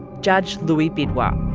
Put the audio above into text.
judge louis bidois